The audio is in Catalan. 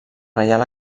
reial